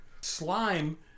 slime